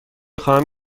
خواهم